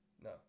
No